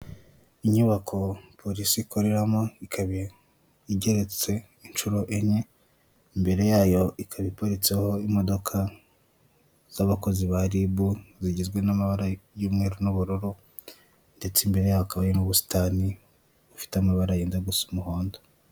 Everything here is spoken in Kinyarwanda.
Inyubako polisi ikoreramo ikaba igeretse inshuro enye, imbere yayo ikaba iparitseho imodoka z'abakozi ba ribu zigizwe n'amabara y'umweru n' ubururu, ndetse imbere yayo hakaba hari n'ubusitani bufite amabara yenda gusa umuhondo.